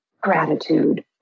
gratitude